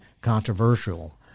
controversial